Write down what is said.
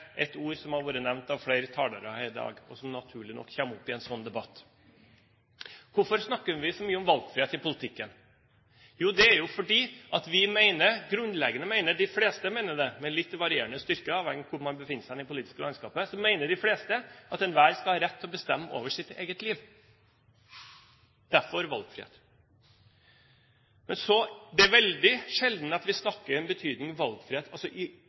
et ord som har vært nevnt av flere talere her i dag, og som naturlig nok kommer opp i en slik debatt. Hvorfor snakker vi så mye om valgfrihet i politikken? Det er jo fordi de fleste mener, med litt varierende styrke etter hvor man befinner seg i det politiske landskapet, at enhver skal ha rett til å bestemme over sitt eget liv, derfor valgfrihet. Det er veldig sjelden vi snakker om betydningen av valgfrihet i